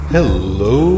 Hello